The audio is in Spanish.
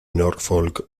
norfolk